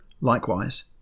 Likewise